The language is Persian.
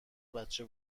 بچه